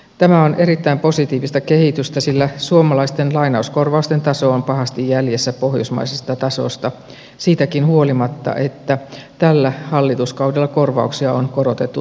tämä on erittäin positiivista kehitystä sillä suomalaisten lainauskorvausten taso on pahasti jäljessä pohjoismaisesta tasosta siitäkin huolimatta että tällä hallituskaudella korvauksia on korotettu tuntuvasti